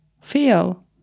feel